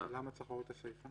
------ למה צריך להוריד את הסיפה?